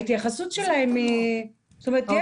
יש משהו שהם צריכים לעבור.